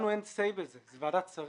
לנו אין בזה say, זו ועדת שרים.